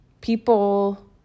People